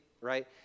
right